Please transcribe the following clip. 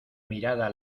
mirada